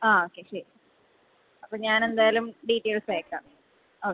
ആ ഓക്കെ ശരി അപ്പോൾ ഞാൻ എന്തായാലും ഡീറ്റെയിൽസ് അയക്കാം ഓക്കെ